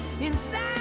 inside